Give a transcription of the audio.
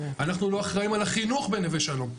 אנחנו לא אחראים על החינוך בנווה שלום.